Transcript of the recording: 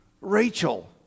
Rachel